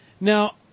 Now